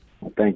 Thank